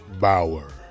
Bauer